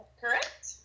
Correct